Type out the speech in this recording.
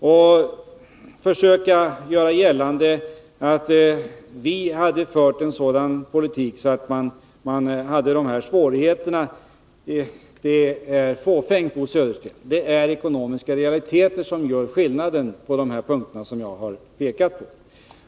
Att försöka göra gällande att svårigheterna beror på den politik de borgerliga regeringarna fört är fåfängt, Bo Södersten. Det är ekonomiska realiteter som gör skillnaden på de punkter som jag har pekat på.